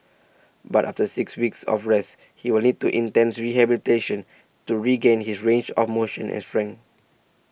but after six weeks of rest he will need to intense rehabilitation to regain his range of motion and strength